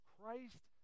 Christ